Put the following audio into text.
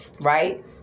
Right